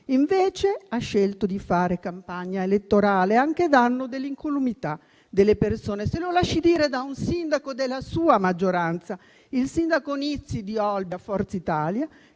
invece scelto di fare campagna elettorale anche a danno dell'incolumità delle persone. Se lo lasci dire da un sindaco della sua maggioranza, il sindaco Nizzi di Olbia, di Forza Italia,